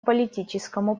политическому